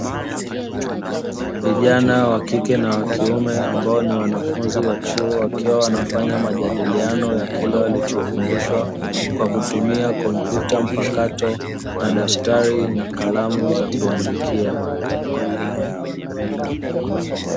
Vijana wa kike na wa kiume ambao ni wanafunzi wa chuo wakiwa wanafanya majadiliano ya kile walichofundishwa kwa kutumia kompyuta mpakato, madaftari na kalamu za kuandikia.